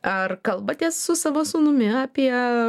ar kalbatės su savo sūnumi apie